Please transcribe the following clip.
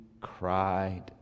cried